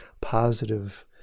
positive